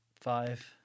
five